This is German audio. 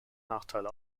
nachteile